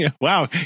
Wow